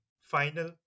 final